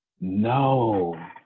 No